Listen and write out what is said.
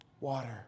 water